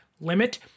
limit